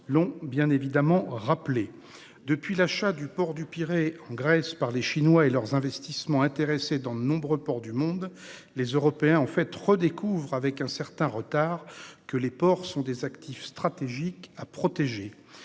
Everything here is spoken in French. normands l'ont rappelé. Depuis l'achat du port du Pirée, en Grèce, par les Chinois et leurs investissements intéressés dans de nombreux ports du monde, les Européens redécouvrent, avec un certain retard, que les ports sont des actifs stratégiques à protéger.